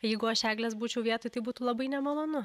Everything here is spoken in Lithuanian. jeigu aš eglės būčiau vietoj tai būtų labai nemalonu